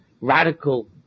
radical